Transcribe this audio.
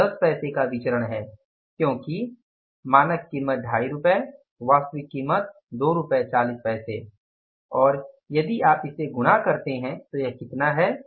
यह 10 पैसे का विचरण है और यदि आप इससे गुणा करते हैं तो यह कितना है